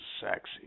sexy